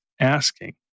asking